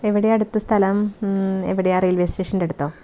എവിടെയാണ് അടുത്ത സ്ഥലം എവിടെയാണ് റെയിൽവേ സ്റ്റേഷൻ്റെ അടുത്തോ